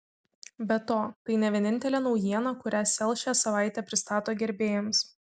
be to tai ne vienintelė naujiena kurią sel šią savaitę pristato gerbėjams